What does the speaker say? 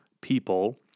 people